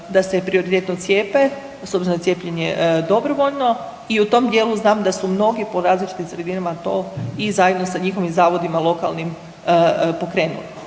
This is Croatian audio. da se prioritetno cijepe s obzirom da je cijepljenje dobrovoljno i u tom dijelu znam da su mnogi po različitim sredinama i zajedno sa njihovim zavodima lokalnim pokrenuli.